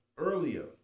Earlier